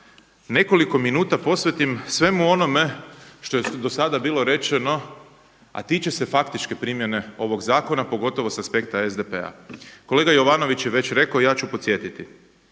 nekoliko minuta posvetim svemu onome što je do sada bilo rečeno, a tiče se faktičke primjene ovog zakona, pogotovo sa aspekta SDP-a. Kolega Jovanović je već rekao, a ja ću podsjetiti.